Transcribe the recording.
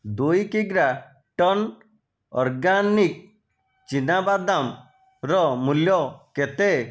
ଦୁଇ କି ଗ୍ରା ଟନ୍ ଅର୍ଗାନିକ୍ ଚିନା ବାଦାମ୍ ର ମୂଲ୍ୟ କେତେ